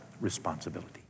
responsibility